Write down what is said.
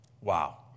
Wow